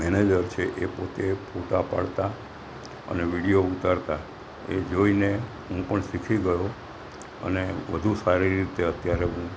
manager છે એ પોતે ફોટા પાડતા અને વિડીયો ઉતારતા એ જોઈને હું પણ શીખી ગયો અને વધુ સારી રીતે અત્યારે હું